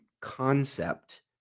concept